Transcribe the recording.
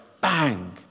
Bang